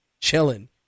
chilling